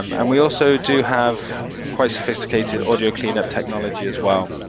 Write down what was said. um and we also do have quite sophisticated audio cleanup technology as well,